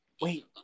Wait